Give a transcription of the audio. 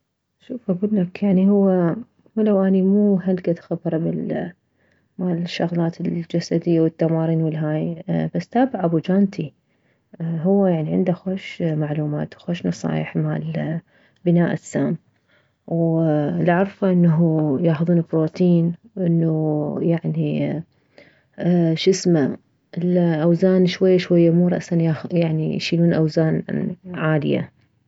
شوف اكلك يعني هو ولو اني مو هلكد خبرة بالمالشغلات مالجسدية والتمارين الهاي بس تابع او جانتي هو يعني عنده خوش معلومات خوش نصايح مالبناء اجسام والاعرفه انه ياخذون بروتين انه يعني شسمه الاوزان شوية شوية مو رأسا ياخذ يعني يشيلون اوزان عالية